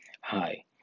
Hi